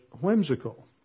whimsical